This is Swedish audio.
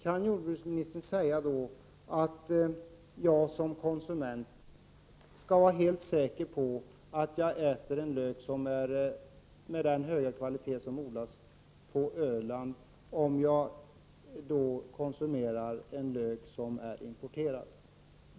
Kan jordbruksministern säga till mig som konsument att jag kan vara helt säker på att jag äter en lök med samma höga kvalitet som den som odlas på Öland, om jag konsumerar en lök som är importerad?